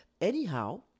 Anyhow